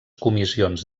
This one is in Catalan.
comissions